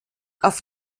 auf